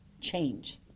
change